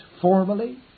formally